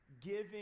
giving